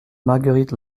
marguerite